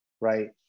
right